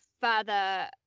further